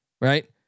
right